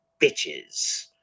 bitches